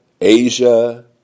Asia